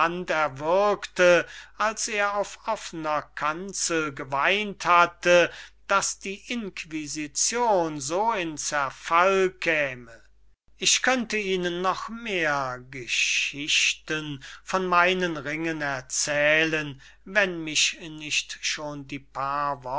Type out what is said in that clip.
erwürgte als er auf offener kanzel geweint hatte daß die inquisition so in zerfall käme ich könnte ihnen noch mehr geschichten von meinen ringen erzählen wenn mich nicht schon die paar